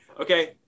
okay